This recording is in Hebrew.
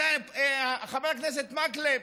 חבר הכנסת מקלב,